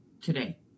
today